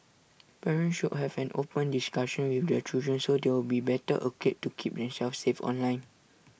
parents should have an open discussion with their children so they'll be better equipped to keep themselves safe online